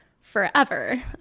forever